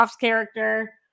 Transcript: character